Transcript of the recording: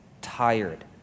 tired